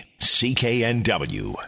CKNW